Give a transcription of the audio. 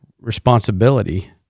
responsibility